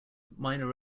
minor